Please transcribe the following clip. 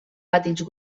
petits